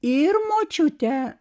ir močiute